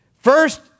First